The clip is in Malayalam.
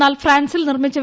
എന്നാൽ ഫ്രാൻസിൽ നിർമ്മിച്ചു